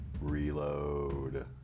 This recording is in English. reload